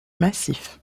massif